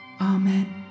Amen